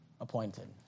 appointed